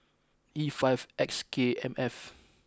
E five X K M F